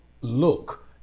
look